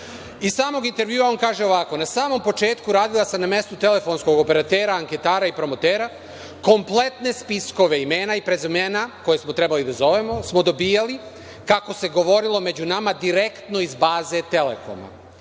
samog intervjua on kaže ovako – na samom početku radila sam na mestu telefonskog operatera, anketara i promotera, kompletne spiskove imena i prezimena koja smo trebali da zovemo smo dobijali, kako se govorilo među nama, direktno iz baze Telekoma,